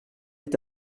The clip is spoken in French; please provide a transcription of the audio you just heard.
est